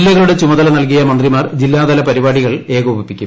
ജില്ലകളുടെ ചുമതല നൽകിയ മന്ത്രിമാർ ജില്ലാതല പരിപാടികൾ ഏകോപിപ്പിക്കും